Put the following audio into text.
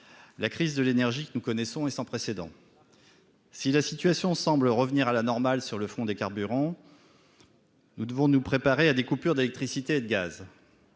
la crise de l'énergie que nous connaissons et sans précédent, si la situation semble revenir à la normale sur le front des carburants, nous devons nous préparer à des coupures d'électricité et de gaz,